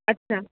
अच्छा